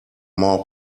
more